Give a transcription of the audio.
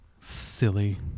Silly